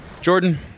Jordan